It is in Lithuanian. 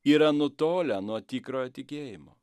yra nutolę nuo tikro tikėjimo